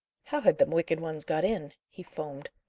how had them wicked ones got in? he foamed.